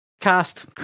cast